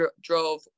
drove